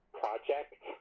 project